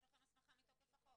יש לכם הסמכה מתוקף החוק.